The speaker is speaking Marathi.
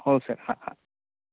हो सर हां हां